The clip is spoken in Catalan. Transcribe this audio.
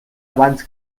abans